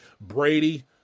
Brady